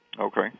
Okay